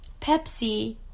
Pepsi